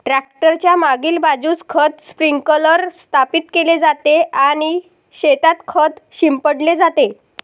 tractor च्या मागील बाजूस खत स्प्रिंकलर स्थापित केले जाते आणि शेतात खत शिंपडले जाते